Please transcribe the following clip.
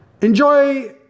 Enjoy